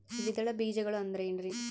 ದ್ವಿದಳ ಬೇಜಗಳು ಅಂದರೇನ್ರಿ?